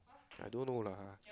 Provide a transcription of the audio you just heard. I don't know lah